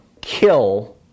kill